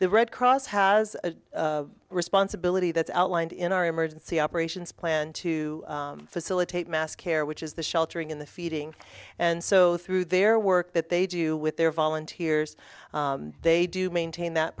the red cross has a responsibility that's outlined in our emergency operations plan to facilitate mass care which is the sheltering in the feeding and so the through their work that they do with their volunteers they do maintain that